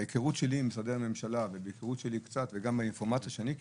בהיכרות שלי עם משרדי הממשלה וגם מן האינפורמציה שקיבלתי,